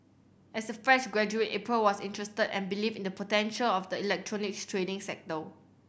as a fresh graduate April was interested and believed in the potential of the electronics trading sector